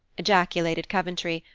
ejaculated coventry,